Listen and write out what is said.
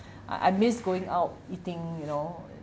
I I miss going out eating you know